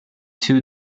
too